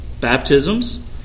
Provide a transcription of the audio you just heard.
baptisms